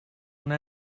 una